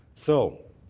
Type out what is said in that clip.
so